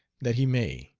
that he may!